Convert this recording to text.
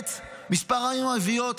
-- למעט כמה ערים ערביות.